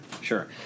sure